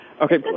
Okay